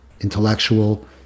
intellectual